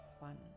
fun